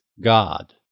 God